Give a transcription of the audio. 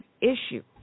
issue